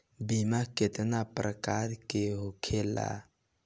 बीमा केतना प्रकार के होखे ला?